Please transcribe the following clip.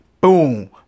Boom